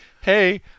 hey –